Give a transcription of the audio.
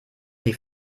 sie